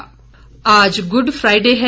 good Friday आज Good Friday है